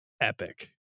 epic